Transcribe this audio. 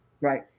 Right